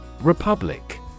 Republic